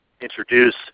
introduce